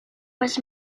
was